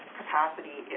capacity